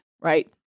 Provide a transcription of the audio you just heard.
Right